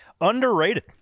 Underrated